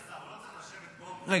מה התפקיד של השר, הוא לא צריך לשבת פה?